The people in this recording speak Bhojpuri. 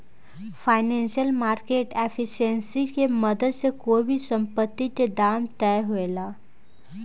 फाइनेंशियल मार्केट एफिशिएंसी के मदद से कोई भी संपत्ति के दाम तय होला